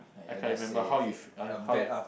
I can't remember how you how you